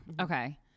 Okay